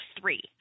three